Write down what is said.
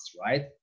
right